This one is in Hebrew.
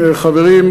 חברים,